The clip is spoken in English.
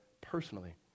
personally